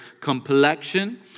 complexion